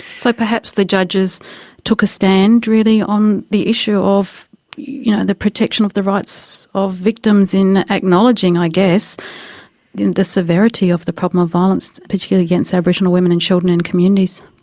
so perhaps the judges took a stand really on the issue of you know the protection of the rights of victims, in acknowledging i guess the the severity of the problem of violence particularly against aboriginal women and children in communities.